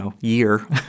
year